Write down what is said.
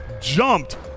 jumped